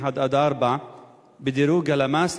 1 4 בדירוג הלמ"ס,